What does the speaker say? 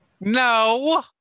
no